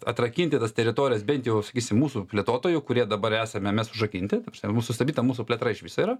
atrakinti tas teritorijas bent jau sakysim mūsų plėtotojų kurie dabar esame mes užrakinti ta prasme mum sustabdyta mūsų plėtra iš viso yra